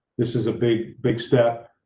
this is a big, big step.